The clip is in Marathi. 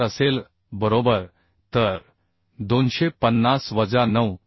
4 असेल बरोबर तर 250 वजा 9